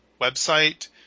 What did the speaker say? website